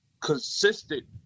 consistent